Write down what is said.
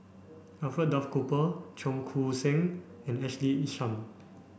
Alfred Duff Cooper Cheong Koon Seng and Ashley Isham